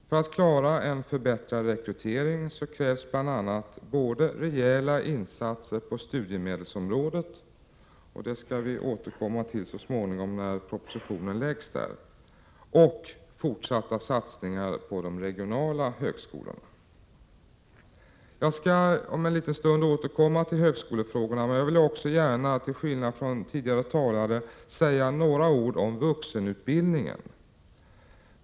För att klara en förbättrad rekrytering krävs bl.a. både rejäla insatser på studiemedelsområdet — det skall vi återkomma till så småningom när den propositionen läggs fram — och fortsatta satningar på de regionala högskolorna. Jag skall återkomma till högskolefrågorna. Men jag vill också gärna — till skillnad från tidigare talare — säga några ord om vuxenutbildningen.